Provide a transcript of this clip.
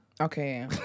Okay